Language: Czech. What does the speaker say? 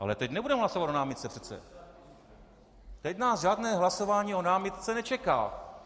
Ale teď nebudeme hlasovat o námitce přece, teď nás žádné hlasování o námitce nečeká.